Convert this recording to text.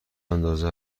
اندازه